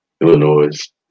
Illinois